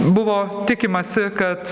buvo tikimasi kad